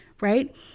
Right